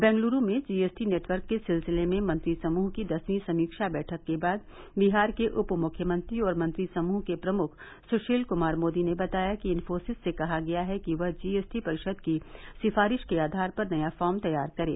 बेंगलुरु में जी एस टी नेटवर्क के सिलसिले में मंत्री समूह की दसवीं समीक्षा बैठक के बाद बिहार के उप मुख्यमंत्री और मंत्री समूह के प्रमुख सुशील कुमार मोदी ने बताया कि इफ़ोसिस से कहा गया है कि वह जी एस टी परिषद की सिफारिश के आधार पर नया फ़ॉर्म तैयार करे